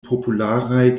popularaj